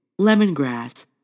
Lemongrass